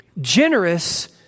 Generous